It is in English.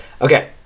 okay